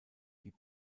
die